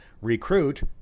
recruit